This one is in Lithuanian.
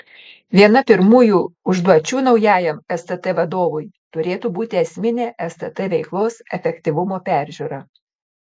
viena pirmųjų užduočių naujajam stt vadovui turėtų būti esminė stt veiklos efektyvumo peržiūra